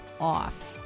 off